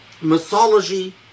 mythology